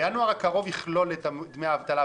ינואר הקרוב יכלול את דמי האבטלה,